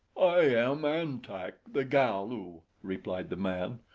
i am an-tak, the galu, replied the man.